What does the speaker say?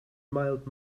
mild